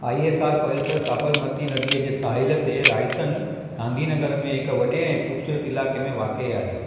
आई S R परिसर साबरमती नदीअ जे साहिल ते रायसन गांधीनगर में हिक वॾे ऐं ख़ूबसूरति इलाक़े में वाक़िअ आहे